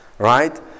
Right